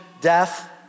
death